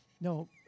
No